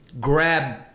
grab